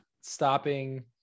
stopping